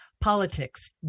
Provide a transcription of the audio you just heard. politics